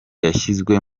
yashyizwe